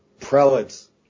prelates